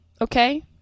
Okay